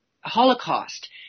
Holocaust